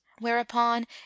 whereupon